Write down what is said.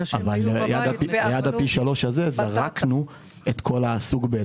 אבל עד הפי שלושה הזה זרקנו את כל הסוג ב',